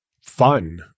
fun